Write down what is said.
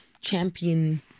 champion